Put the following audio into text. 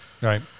Right